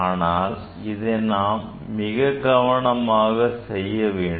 ஆனால் இதை நாம் மிக கவனமாக செய்ய வேண்டும்